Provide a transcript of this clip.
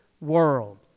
world